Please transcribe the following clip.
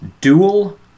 dual